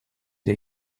der